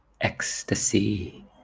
ecstasy